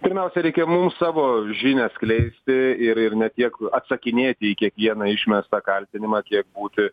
pirmiausia reikia mums savo žinią skleisti ir ir ne tiek atsakinėti į kiekvieną išmestą kaltinimą kiek būti